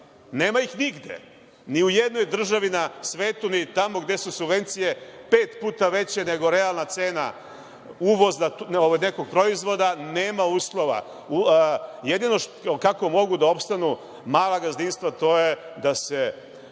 Nema ih nigde. Ni u jednoj državi na svetu, ni tamo gde su subvencije pet puta veće nego realna cena uvoza nekog proizvoda, nema uslova. Jedino kako mogu da opstanu mala gazdinstva to je da se